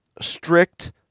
strict